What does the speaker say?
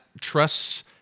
trusts